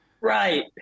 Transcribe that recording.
right